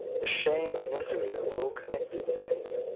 the shame and misery of all connected with him,